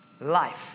life